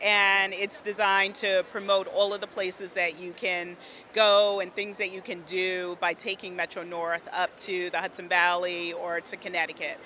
and it's designed to promote all of the places that you can go and things that you can do by taking metro north up to that same valley or to connecticut